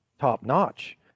top-notch